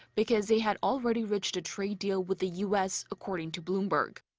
because they had already reached a trade deal with the u s, according to bloomberg.